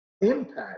impact